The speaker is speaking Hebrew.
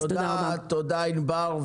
תודה, ענבר.